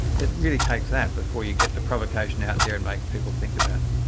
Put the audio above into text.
it really takes that before you get the provocation out there and make people think about it.